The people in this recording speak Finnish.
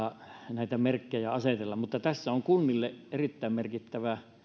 näitä merkkejä asetella mutta tässä on kunnille erittäin merkittävä